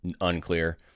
unclear